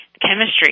chemistry